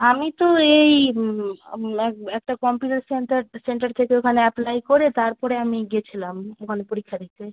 আমি তো এই একটা ফর্ম ফিলাপ সেন্টার সেন্টার থেকে ওখানে অ্যাপ্লাই করে তারপরে আমি গেছিলাম ওখানে পরীক্ষা দিতে